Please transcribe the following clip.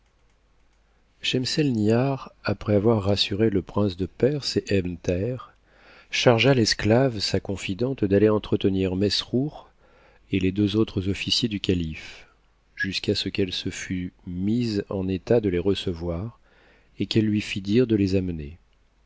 schemselnihar après avoir rassuré le prince de perse et ebn thaher chargea l'esclave sa confidente d'aller entretenir mesrour et les deux autres officiers du calife jusqu'à ce qu'elle se fût mise en état de les recevoir et qu'elle lui fit dire de les amener